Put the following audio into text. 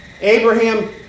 Abraham